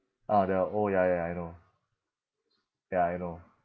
ah they are old ya ya I know ya I know